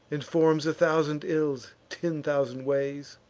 and forms a thousand ills ten thousand ways.